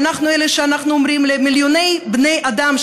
ואנחנו אלה שאומרים למיליוני בני אדם,